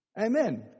Amen